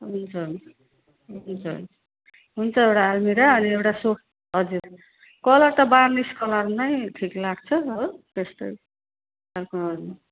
हुन्छ हुन्छ हुन्छ हुन्छ एउटा आल्मिरा अनि एउटा सो हजुर कलर त बार्निस कलर नै ठिक लाग्छ हो त्यस्तै खालको